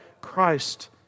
Christ